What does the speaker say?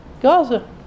Gaza